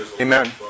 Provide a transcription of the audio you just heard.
Amen